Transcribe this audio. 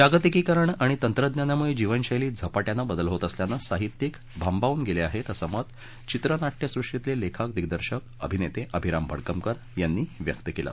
जागतिकीकरण आणि तंत्रज्ञानामुळे जीवनशस्तीत झपा आनं बदल होत असल्यानं साहित्यिक भांबावून गेले आहेत असं मत चित्रना विसृष्टीतले लेखक दिग्दर्शक अभिनेते अभिराम भडकमकर यांनी व्यक्त केलं